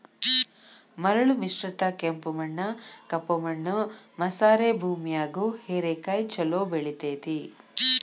ಮರಳು ಮಿಶ್ರಿತ ಕೆಂಪು ಮಣ್ಣ, ಕಪ್ಪು ಮಣ್ಣು ಮಸಾರೆ ಭೂಮ್ಯಾಗು ಹೇರೆಕಾಯಿ ಚೊಲೋ ಬೆಳೆತೇತಿ